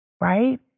Right